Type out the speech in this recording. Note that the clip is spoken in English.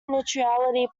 neutrality